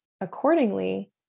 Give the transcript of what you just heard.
accordingly